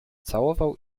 całował